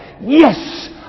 Yes